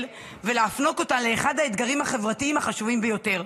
ולהפנות אותה לאחד האתגרים החברתיים החשובים ביותר.